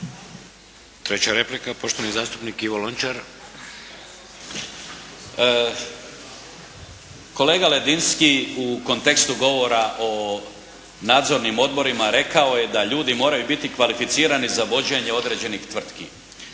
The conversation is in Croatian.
Treća replika, poštovani zastupnik Ivo Lončar. **Lončar, Ivan (Nezavisni)** Kolega Ledinski u kontekstu govora o nadzornim odborima rekao je da ljudi moraju biti kvalificirani za vođenje određenih tvrtki.